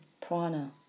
prana